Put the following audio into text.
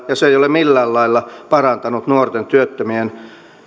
ja se ei ole millään lailla parantanut nuorten työttömien